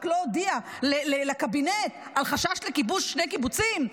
לא הודיע לקבינט על חשש לכיבוש שני קיבוצים?